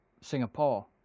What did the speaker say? Singapore